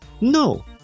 No